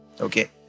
okay